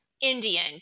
Indian